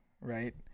right